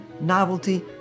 novelty